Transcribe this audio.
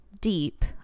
deep